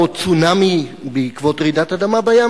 או צונאמי בעקבות רעידת אדמה בים,